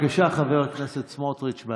בבקשה, חבר הכנסת סמוטריץ'.